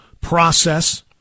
process